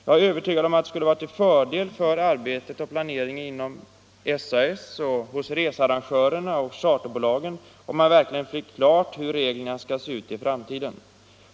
Jag är övertygad om att det skulle vara till fördel för arbetet och planeringen inom SAS, hos researrangörerna och charterbolagen om man verkligen fick klarlagt hur reglerna skall se ut i framtiden.